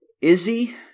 Izzy